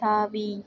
தாவி